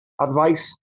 advice